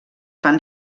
fan